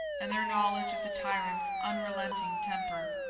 and their knowledge of the tyrant's unrelenting temper.